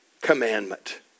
commandment